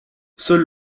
seul